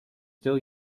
still